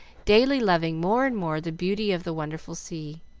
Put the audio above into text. daily loving more and more the beauty of the wonderful sea.